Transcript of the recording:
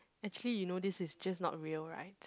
actually you know this is just not real right